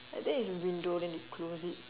I think it's window then they close it